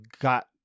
got